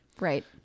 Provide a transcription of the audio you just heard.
Right